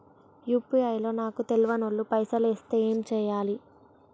UPI లో నాకు తెల్వనోళ్లు పైసల్ ఎస్తే ఏం చేయాలి?